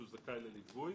שהוא זכאי לליווי".